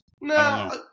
No